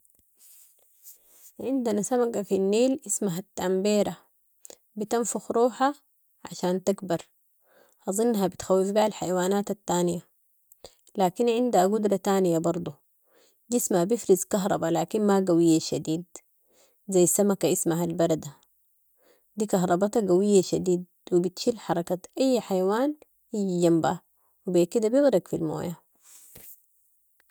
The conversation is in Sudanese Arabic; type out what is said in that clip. عندنا سمكة في النيل اسمها التامبيرة، بتنفخ روحها عشان تكبر، اظنها بتخوف بيها الحيوانات التانية، لكن عندها قدرة تانية برضو، جسمها بفرز كهرباء لكن م قوية شديد، زي سمكة اسمها البردة، دي كهربتها قوية شديد و بتشل حركة اي حيوان يجي جنبها و بي كدا بغرق في الموية.